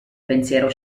pensiero